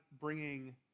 bringing